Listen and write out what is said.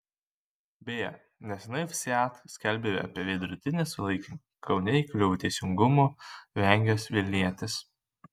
beje neseniai vsat skelbė apie veidrodinį sulaikymą kaune įkliuvo teisingumo vengęs vilnietis